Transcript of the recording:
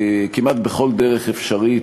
כמעט בכל דרך אפשרית,